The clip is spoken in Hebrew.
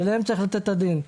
עליהם צריך לתת את הדין.